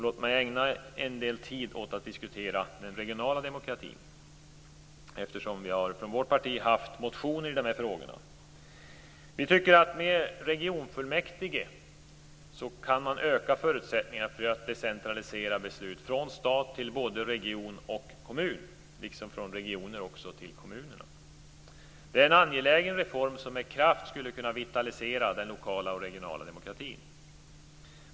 Låt mig ägna en del tid åt att diskutera den regionala demokratin, eftersom vi från vårt parti har haft motioner i de här frågorna. Vi menar att man med regionfullmäktige kan öka förutsättningarna för decentralisering av beslut från stat till både region och kommun, liksom från region till kommun. Detta är en angelägen reform, som med kraft skulle kunna vitalisera den lokala och regionala demokratin.